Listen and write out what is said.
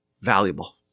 valuable